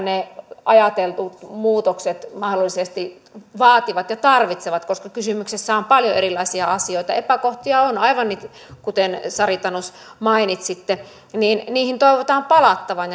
ne ajatellut muutokset mahdollisesti vaativat ja tarvitsevat koska kysymyksessä on paljon erilaisia asioita epäkohtia on aivan kuten sari tanus mainitsitte ja niihin toivotaan palattavan